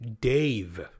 Dave